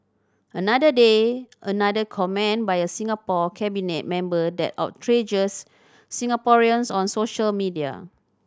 another day another comment by a Singapore cabinet member that outrages Singaporeans on social media